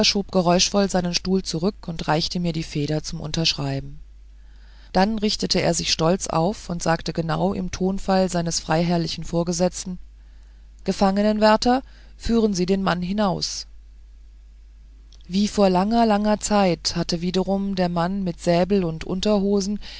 geräuschvoll seinen stuhl zurück und reichte mir die feder zum unterschreiben dann richtete er sich stolz auf und sagte genau im tonfall seines freiherrlichen vorgesetzten gefangenwärter führen sie den mann hinaus wie vor langer langer zeit hatte wiederum der mann mit säbel und unterhosen